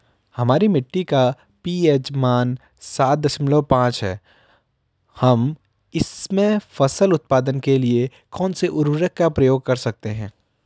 हमारी मिट्टी का पी.एच मान सात दशमलव पांच है हम इसमें फसल उत्पादन के लिए कौन से उर्वरक का प्रयोग कर सकते हैं?